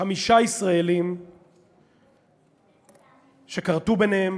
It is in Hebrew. חמישה ישראלים שכרתו ביניהם